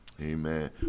Amen